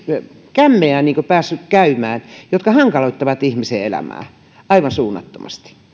kämmejä päässyt käymään jotka hankaloittavat ihmisen elämää aivan suunnattomasti